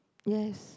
yes